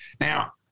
Now